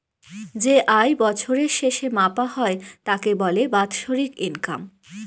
যে আয় বছরের শেষে মাপা হয় তাকে বলে বাৎসরিক ইনকাম